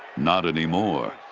not anymore.